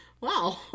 Wow